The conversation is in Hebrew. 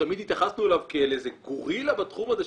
שתמיד התייחסנו אליו כאל איזה גורילה בתחום הזה,